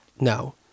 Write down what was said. No